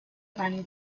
ein